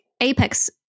Apex